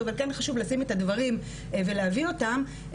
אבל כן חשוב לשים את הדברים ולהבין אותם,